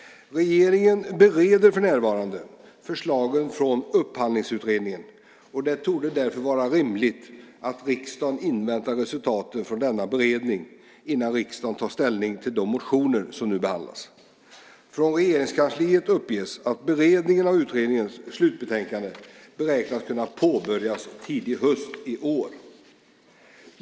Regeringen bereder för närvarande förslagen från Upphandlingsutredningen, och det torde därför vara rimligt att riksdagen inväntar resultatet från denna beredning innan riksdagen tar ställning till de motioner som nu behandlas. Från Regeringskansliet uppges att beredningen av utredningens slutbetänkande beräknas kunna påbörjas under tidig höst i år.